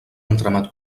entramat